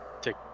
take